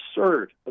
absurd